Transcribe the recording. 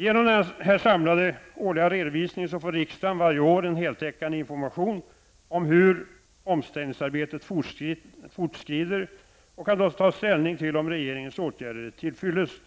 Genom denna samlade årliga redovisning får riksdagen varje år en heltäckande information om hur omställningsarbetet fortskrider och kan då ta ställning till om regeringens åtgärder är till fyllest.